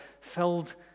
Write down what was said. filled